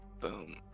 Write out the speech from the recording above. Boom